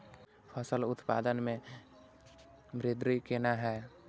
फसल उत्पादन में वृद्धि केना हैं?